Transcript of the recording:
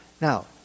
Now